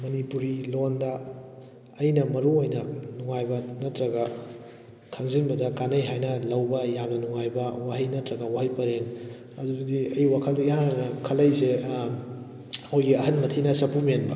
ꯃꯅꯤꯄꯨꯔꯤ ꯂꯣꯟꯗ ꯑꯩꯅ ꯃꯔꯨ ꯑꯣꯏꯅ ꯅꯨꯡꯉꯥꯏꯕ ꯅꯠꯇ꯭ꯔꯒ ꯈꯪꯖꯤꯟꯕꯗ ꯀꯥꯟꯅꯩ ꯍꯥꯏꯅ ꯂꯧꯕ ꯌꯥꯝꯅ ꯅꯨꯡꯉꯥꯏꯕ ꯋꯥꯍꯩ ꯅꯠꯇ꯭ꯔꯒ ꯋꯥꯍꯩ ꯄꯔꯦꯡ ꯑꯗꯨꯗꯤ ꯑꯩ ꯋꯥꯈꯜꯗ ꯏꯍꯥꯟ ꯍꯥꯟꯅ ꯈꯜꯂꯛꯂꯤꯁꯦ ꯑꯩꯈꯣꯏꯒꯤ ꯑꯍꯟ ꯃꯊꯤꯅ ꯆꯐꯨ ꯃꯦꯟꯕ